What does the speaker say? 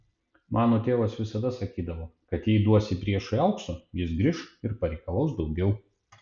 mano tėvas visada sakydavo kad jei duosi priešui aukso jis grįš ir pareikalaus daugiau